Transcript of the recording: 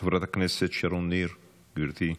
חברת הכנסת שרון ניר, גברתי,